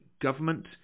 government